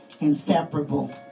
inseparable